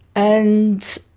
and